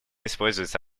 используется